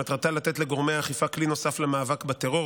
שמטרתה לתת לגורמי האכיפה כלי נוסף למאבק בטרור,